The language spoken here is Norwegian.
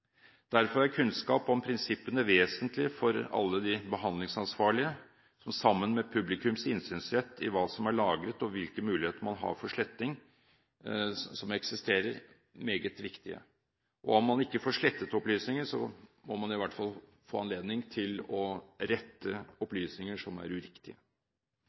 Derfor er kunnskaper om prinsippene vesentlig for alle de behandlingsansvarlige. Sammen med publikums innsynsrett i hva som er lagret, og hvilke muligheter for sletting som eksisterer, er de meget viktige. Om man ikke får slettet opplysningene, må man i hvert fall få anledning til å rette opplysninger som er uriktige.